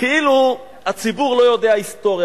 כאילו הציבור לא יודע היסטוריה.